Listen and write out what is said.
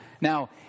Now